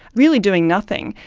really doing nothing,